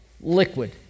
liquid